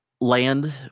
Land